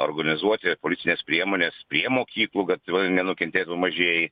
organizuoti policines priemones prie mokyklų kad nenukentėtų mažieji